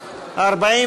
נתקבלה.